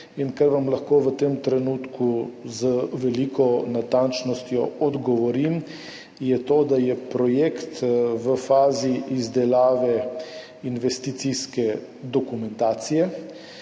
in kar vam lahko v tem trenutku z veliko natančnostjo odgovorim, je to, da je projekt v fazi izdelave investicijske dokumentacije.